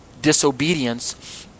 disobedience